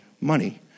Money